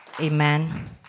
Amen